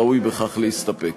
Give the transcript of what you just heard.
ראוי בכך להסתפק.